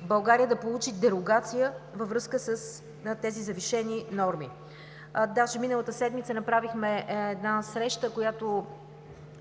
България да получи дерогация във връзка с тези завишени норми. Даже миналата седмица направихме среща, която